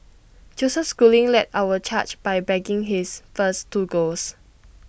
Joseph schooling led our charge by bagging his first two golds